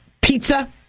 pizza